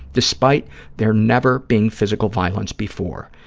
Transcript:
despite there never being physical violence before.